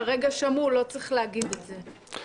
כרגע שמעו, לא צריך להגיד את זה.